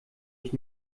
ich